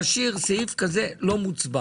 להשאיר סעיף כזה לא מוצבע